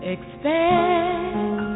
Expect